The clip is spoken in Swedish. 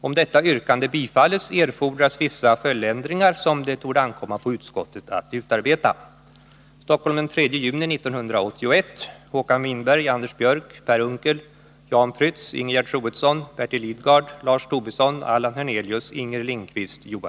Om detta yrkande bifalles erfordras vissa följdändringar som det torde ankomma på utskottet att utarbeta.